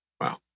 Wow